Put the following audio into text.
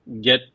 get